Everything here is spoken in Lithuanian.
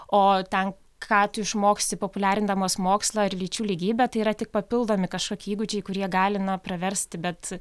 o ten ką tu išmoksi populiarindamas mokslą ar lyčių lygybę tai yra tik papildomi kažkokie įgūdžiai kurie gali na praversti bet